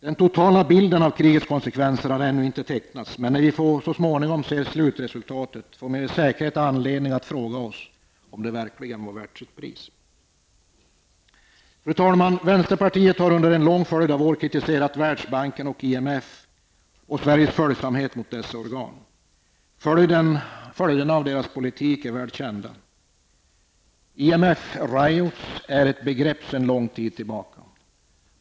Den totala bilden av krigets konsekvenser har ännu inte tecknats, men när vi så småningom ser slutresultatet får vi med säkerhet anledning att fråga oss om kriget verkligen var värt sitt pris. Fru talman! Vänsterpartiet har under en lång följd av år kritiserat Världsbanken och IMF och Sveriges följsamhet mot dessa organ. Följderna av deras politik är väl kända. ''IMF-riots'' är ett begrepp sedan lång tid tillbaka.